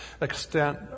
extent